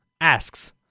asks